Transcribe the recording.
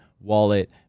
wallet